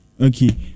Okay